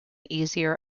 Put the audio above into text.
easier